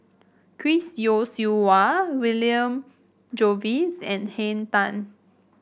Chris Yeo Siew Hua William Jervois and Henn Tan